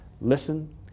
listen